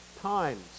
times